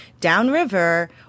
downriver